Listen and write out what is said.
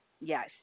Yes